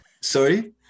Sorry